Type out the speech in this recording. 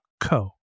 co